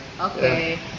Okay